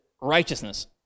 righteousness